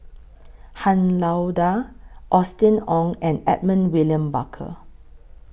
Han Lao DA Austen Ong and Edmund William Barker